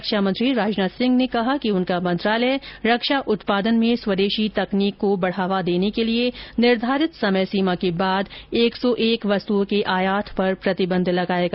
रक्षा मंत्री राजनाथ सिंह ने कहा कि उनका मंत्रालय रक्षा उत्पादन में स्वदेशी तकनीक को बढावा देने के लिए निर्धारित समय सीमा के बाद एक सौ एक वस्तुओं के आयात पर प्रतिबंध लगाएगा